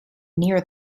near